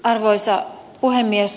arvoisa puhemies